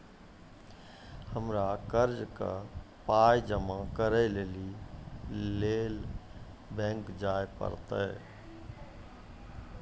हमरा कर्जक पाय जमा करै लेली लेल बैंक जाए परतै?